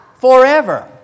forever